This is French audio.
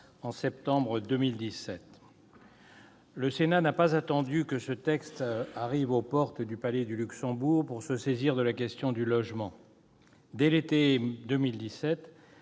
en septembre 2017. Le Sénat n'a pas attendu que le texte arrive aux portes du Palais du Luxembourg pour se saisir de la question du logement. Dès l'été 2017,